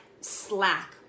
slack